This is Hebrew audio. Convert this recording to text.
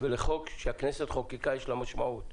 ולחוק שהכנסת חוקקה יש משמעות.